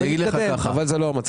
כרגע זה לא המצב.